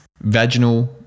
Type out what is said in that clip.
vaginal